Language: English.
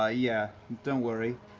ah yeah, don't worry.